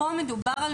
כאן מדובר על